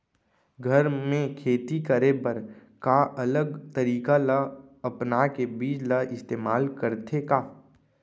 घर मे खेती करे बर का अलग तरीका ला अपना के बीज ला इस्तेमाल करथें का?